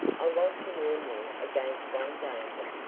i want to warn you against one danger,